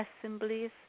assemblies